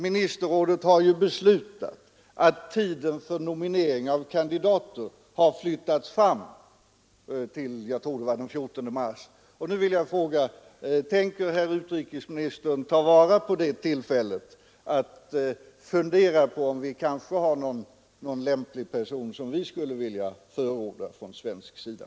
Ministerrådet har beslutat att tiden för nominering av kandidater skall flyttas fram till, jag tror det var den 14 mars. Därför vill jag fråga: Tänker herr utrikesministern ta vara på detta tillfälle och fundera på om vi har någon lämplig person som vi skulle vilja förorda från svensk sida?